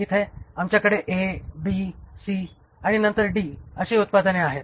इथे आमच्याकडे A B C आणि नंतर ती D अशी उत्पादने आहेत